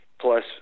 plus